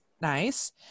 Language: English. nice